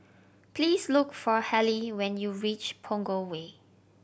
please look for Hallie when you reach Punggol Way